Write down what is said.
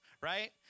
right